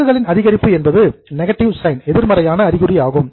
சரக்குகளின் அதிகரிப்பு என்பது நெகட்டிவ் சைன் எதிர்மறையான அறிகுறியாக இருக்கும்